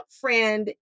friend